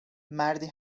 مردی